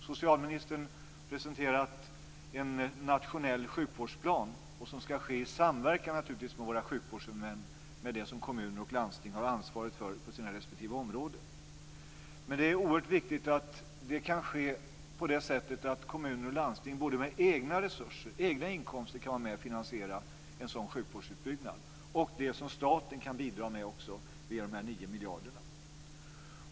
Socialministern presenterar en nationell sjukvårdsplan, som naturligtvis ska genomföras i samverkan med våra sjukvårdshuvudmän med det som kommuner har ansvar för på sina respektive områden. Det är oerhört viktigt att det kan ske på det sättet att kommuner och landsting med egna resurser och egna inkomster kan vara med om att finansiera en sådan sjukvårdsutbyggnad utöver det som staten kan bidra med genom de 9 miljarderna.